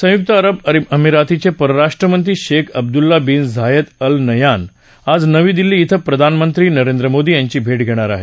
संयुक्त अरब अमिरातीचे परराष्ट्र मंत्री Sheikh Abdullah bin Zayed Al Nahyan आज नवी दिल्ली क्वे प्रधानमंत्री नरेंद्र मोदी यांची भेट घेणार आहेत